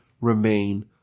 remain